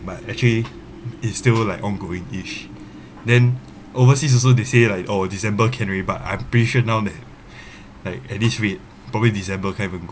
but actually it still like ongoing each then overseas also they say like oh december can already but I'm pretty sure now that like at least wait probably december can't even go